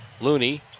Looney